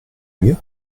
mieux